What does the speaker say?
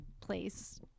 place